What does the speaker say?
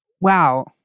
wow